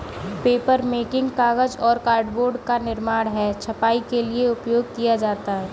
papermaking कागज और cardboard का निर्माण है छपाई के लिए उपयोग किया जाता है